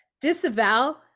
disavow